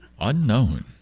Unknown